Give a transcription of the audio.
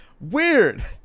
Weird